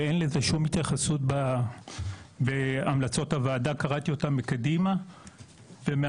ואין לזה שום התייחסות בהמלצות הוועדה שקראתי אותן מקדימה ולאחור.